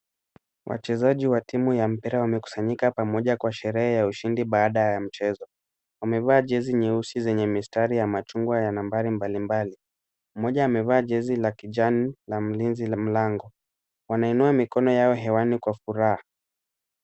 Wachezaji wa timu ya mpira wamekusanyika pamoja kwa sherehe ya ushindi baada ya mchezo. Wamevaa jezi nyeusi zenye mistari ya machungwa ya nambari mbalimbali. Mmoja amevalia jezi la kijani na mlinzi la mlango. Wanainua mkono yao hewani kwa furaha.